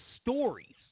stories